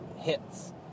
hits